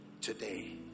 today